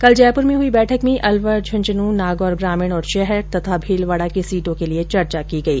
कल जयपुर में हुई बैठक में अलवर झुन्झून नागौर ग्रामीण और शहर तथा भीलवाड़ा की सीटों के लिए चर्चा की गई